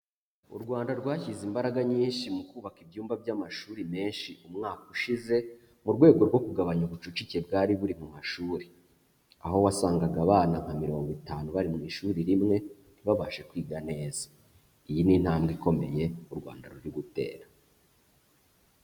U Rwanda rwashyize imbaraga nyinshi mu kubaka ibyumba by'amashuri menshi umwaka ushize, mu rwego rwo kugabanya ubucucike bwari buri mu mashuri, aho wasangaga abana nka mirongo itanu bari mu ishuri rimwe, ntibabashe kwiga neza. Iyi ni intambwe ikomeye u Rwanda ruri gutera.